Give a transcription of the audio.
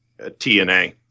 TNA